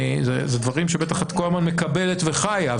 אלה דברים שבטח את כל הזמן מקבלת וחיה,